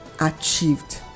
achieved